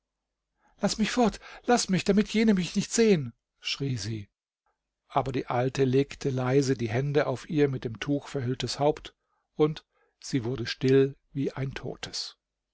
laß mich fort laß mich damit jene mich nicht sehen schrie sie aber die alte legte leise die hände auf ihr mit dem tuch verhülltes haupt und sie wurde still wie ein totes